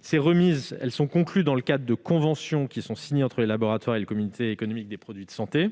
Ces remises sont conclues dans le cadre de conventions signées entre les laboratoires et le comité économique des produits de santé,